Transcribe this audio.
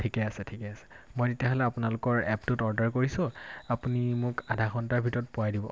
ঠিকে আছে ঠিকে আছে মই তেতিয়াহ'লে আপোনালোকৰ এপটোত অৰ্ডাৰ কৰিছোঁ আপুনি মোক আধা ঘণ্টাৰ ভিতৰত পোৱাই দিব